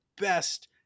best